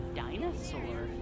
dinosaur